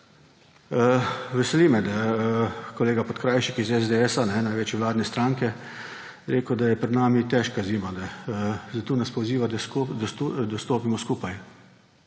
Veseli me, da je kolega Podkrajšek iz SDS, največje vladne stranke, rekel, da je pred nami težka zima. Zato nas poziva, da stopimo skupaj.